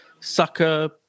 sucker